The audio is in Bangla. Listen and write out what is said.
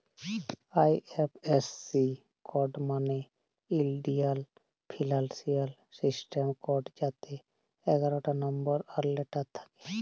আই.এফ.এস.সি কড মালে ইলডিয়াল ফিলালসিয়াল সিস্টেম কড যাতে এগারটা লম্বর আর লেটার থ্যাকে